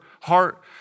heart